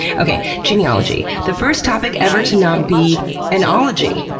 okay, genealogy. the first topic ever to not be an ology.